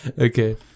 Okay